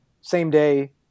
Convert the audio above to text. same-day